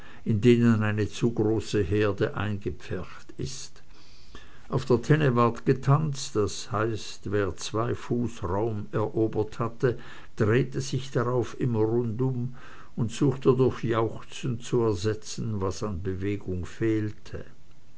in denen eine zu große herde eingepfercht ist auf der tenne ward getanzt das heißt wer zwei fuß raum erobert hatte drehte sich darauf immer rundum und suchte durch jauchzen zu ersetzen was an bewegung fehlte